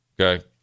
okay